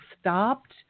stopped